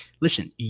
Listen